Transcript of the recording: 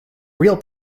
real